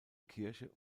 kirche